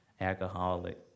alcoholic